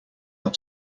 are